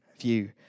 view